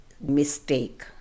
mistake